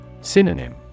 Synonym